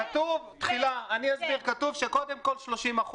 כתוב שקודם כול 30%,